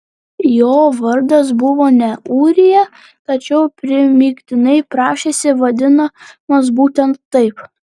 jo vardas buvo ne ūrija tačiau primygtinai prašėsi vadinamas būtent taip